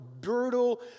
brutal